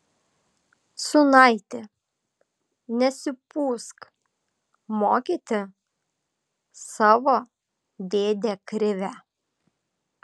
sūnaiti nesipūsk mokyti savo dėdę krivę